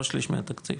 לא שליש מהתקציב.